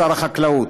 שר החקלאות,